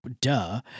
Duh